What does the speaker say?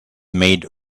made